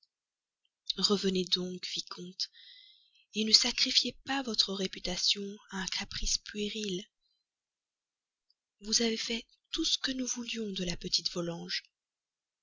revenez donc vicomte ne sacrifiez pas votre réputation à un caprice puéril vous avez fait tout ce que nous voulions de la petite volanges